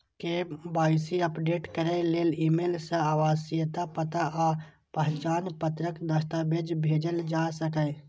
KYC update करै लेल email सं आवासीय पता आ पहचान पत्रक दस्तावेज भेजल जा सकैए